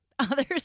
Others